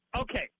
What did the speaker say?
Okay